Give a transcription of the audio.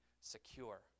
secure